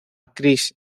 chris